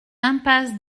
impasse